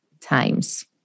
times